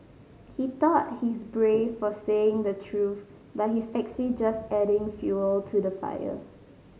he thought he's brave for saying the truth but he's actually just adding fuel to the fire